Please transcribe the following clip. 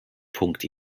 punkt